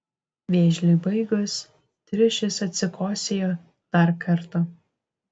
vėžliui baigus triušis atsikosėjo dar kartą